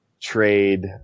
trade